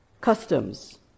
customs